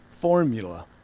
formula